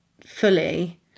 fully